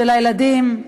של הילדים.